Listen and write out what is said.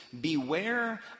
beware